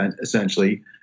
essentially